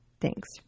Thanks